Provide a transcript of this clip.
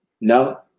No